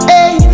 Hey